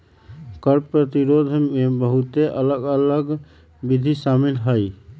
कर प्रतिरोध में बहुते अलग अल्लग विधि शामिल हइ